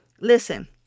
Listen